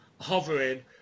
hovering